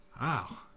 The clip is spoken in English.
Wow